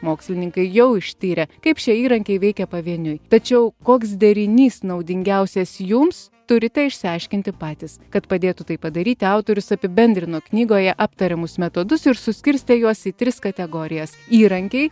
mokslininkai jau ištyrė kaip šie įrankiai veikia pavieniui tačiau koks derinys naudingiausias jums turite išsiaiškinti patys kad padėtų tai padaryti autorius apibendrino knygoje aptariamus metodus ir suskirstė juos į tris kategorijas įrankiai